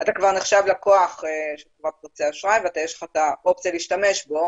אתה כבר נחשב לקוח בכרטיסי האשראי ויש לך את האופציה להשתמש בו